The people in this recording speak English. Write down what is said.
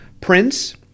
Prince